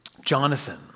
Jonathan